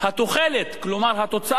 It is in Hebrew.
כלומר התוצאה הסופית,